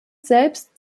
selbst